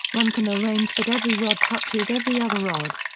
one can arrange that every rod touches every other rod.